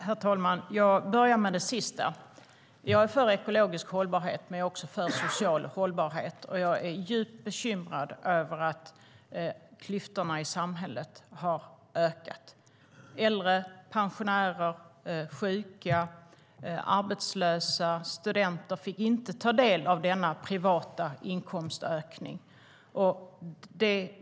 Herr talman! Jag börjar med det sista. Jag är för ekologisk hållbarhet, men jag är också för social hållbarhet. Jag är djupt bekymrad över att klyftorna i samhället har ökat. Äldre, pensionärer, sjuka, arbetslösa och studenter fick inte ta del av denna privata inkomstökning.